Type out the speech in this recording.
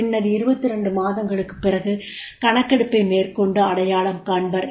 பின்னர் 22 மாதங்களுக்குப் பிறகு கணக்கெடுப்பை மேற்கொண்டு அடையாளம் காண்பர்